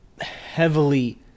heavily